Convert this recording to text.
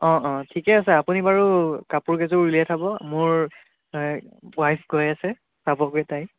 অঁ অঁ ঠিকে আছে আপুনি বাৰু কাপোৰ কেইযোৰ উলিয়াই থব মোৰ ৱাইফ গৈ আছে চাবগে তাই